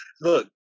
look